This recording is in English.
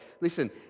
Listen